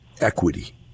equity